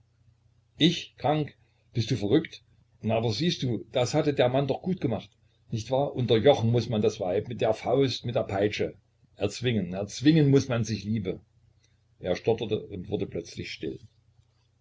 ich krank bist du verrückt na aber siehst du das hatte der mann doch gut gemacht nicht wahr unterjochen muß man das weib mit der faust mit der peitsche erzwingen erzwingen muß man sich liebe er stotterte und wurde plötzlich still